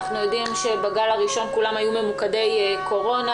אנחנו יודעים שבגל הראשון כולם היו ממוקדי קורונה,